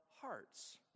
hearts